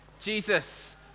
Jesus